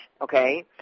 okay